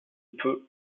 peu